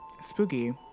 Spooky